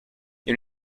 you